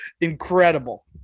incredible